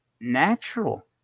natural